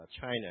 China